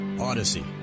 Odyssey